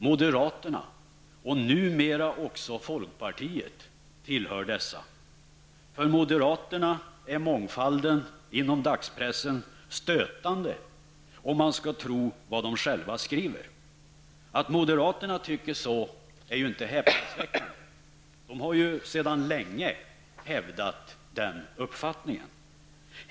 Moderaterna och numera också folkpartiet tillhör dem. För moderaterna är mångfalden inom dagspressen stötande, om man skall tro vad de själva skriver. Att moderaterna tycker så är inte häpnadsväckande. De har sedan länge hävdat den uppfattningen.